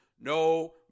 no